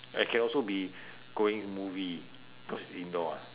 and can also be going movie cause it's indoor what